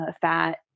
fat